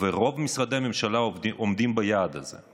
ורוב משרדי הממשלה עומדים ביעד הזה.